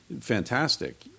Fantastic